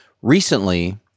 Recently